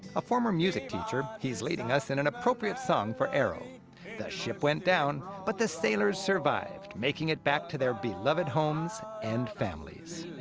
a former music teacher, he's leading us in an appropriate song for aero the ship went down, but the sailors survived, making it back to their beloved homes and families.